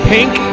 Pink